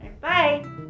Bye